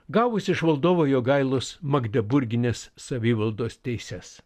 gavus iš valdovo jogailos magdeburgines savivaldos teises